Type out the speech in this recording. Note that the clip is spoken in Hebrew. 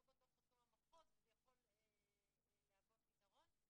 בתוך אותו המחוז וזה יכול להוות פתרון.